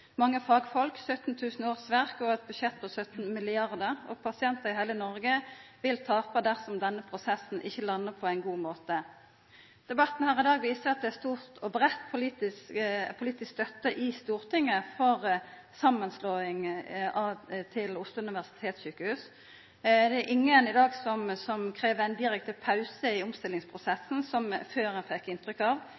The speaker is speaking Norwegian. mange fagfolk – 17 000 årsverk – og eit budsjett på 17 mrd. kr, og pasientar i heile Noreg vil tapa dersom denne prosessen ikkje landar på ein god måte. Debatten her i dag viser at det er ei stor og brei politisk støtte i Stortinget til samanslåinga til Oslo universitetssykehus. Det er ingen i dag som krev ein direkte pause i